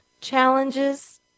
challenges